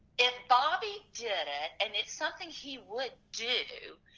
if bobby did it and it's something he would do